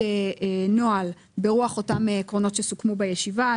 נוהל ברוח אותם עקרונות שסוכמו בישיבה.